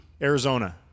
Arizona